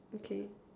okay